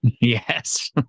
Yes